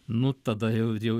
nu tada jau jau